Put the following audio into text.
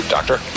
Doctor